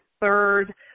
third